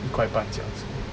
一块半这样子